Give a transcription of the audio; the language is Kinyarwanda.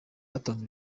batanze